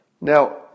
Now